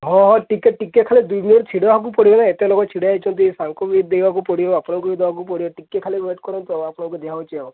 ହଁ ହଁ ଟିକେ ଟିକେ ଖାଲି ଦୁଇ ମିନିଟ୍ ଟିକେ ଛିଡ଼ା ହେବାକୁ ପଡ଼ିବ ଏତେ ଲୋକ ଛିଡ଼ା ହୋଇଛନ୍ତି ତାଙ୍କୁ ବି ଦେବାକୁ ପଡ଼ିବ ଆପଣଙ୍କୁ ବି ଦେବାକୁ ପଡ଼ିବ ଟିକେ ଖାଲି ୱେଟ୍ କରନ୍ତୁ ଆଉ ଆପଣଙ୍କୁ ଦିଆ ହେଉଛି ଆଉ